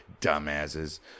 Dumbasses